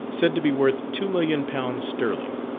said to be worth two million pounds sterling.